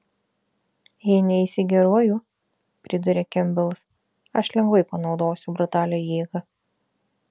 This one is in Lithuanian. jei neisi geruoju priduria kempbelas aš lengvai panaudosiu brutalią jėgą